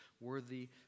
worthy